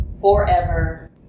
forever